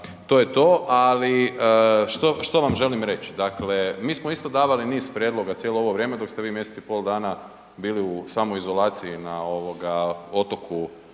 to je to. Ali što, što vam želim reći? Dakle, mi smo isto davali niz prijedloga cijelo ovo vrijeme dok ste vi mjesec i pol dana bili u samoizolaciji na ovoga